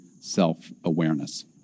self-awareness